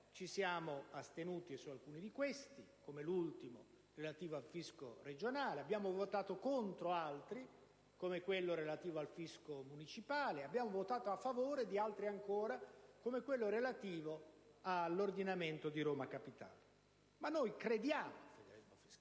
Ci siamo astenuti su alcuni decreti legislativi, come l'ultimo relativo al fisco regionale. Abbiamo votato contro altri, come sul fisco municipale. Abbiamo votato a favore di altri ancora, come quello concernente l'ordinamento di Roma Capitale. Tuttavia noi crediamo nel federalismo fiscale